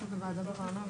קורן.